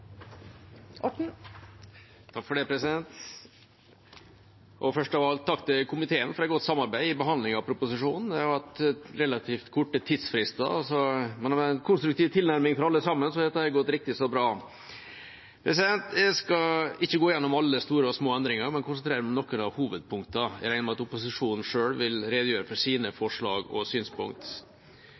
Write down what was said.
alt takk til komiteen for et godt samarbeid ved behandlingen av proposisjonen. Det har vært relativt korte tidsfrister, men med en konstruktiv tilnærming fra alle sammen har dette gått riktig så bra. Jeg skal ikke gå gjennom alle store og små endringer, men konsentrere meg om noen hovedpunkter. Jeg regner med at opposisjonen selv vil redegjøre for sine forslag og synspunkt.